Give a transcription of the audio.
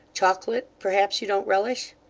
chocolate, perhaps, you don't relish?